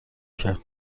کرد